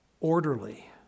orderly